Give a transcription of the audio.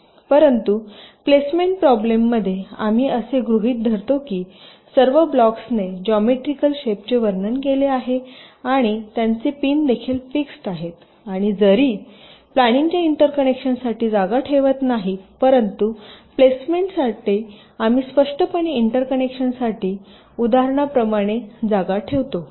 परंतु placement problem मध्ये आम्ही असे गृहीत धरतो की सर्व ब्लॉक्सने जॉमेट्रीकल शेप चे वर्णन केले आहे आणि त्यांचे पिन देखील फिक्स्ड आहेत आणि जरी प्लॅनिंगच्या इंटरकनेक्शनसाठी जागा ठेवत नाही परंतु प्लेसमेंटमध्ये आम्ही स्पष्टपणे इंटरकनेक्शनसाठी उदाहरणार्थ उदाहरणाप्रमाणे जागा ठेवतो